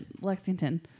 Lexington